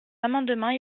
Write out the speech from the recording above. amendements